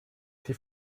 die